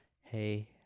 Hey